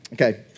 Okay